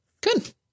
good